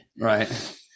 right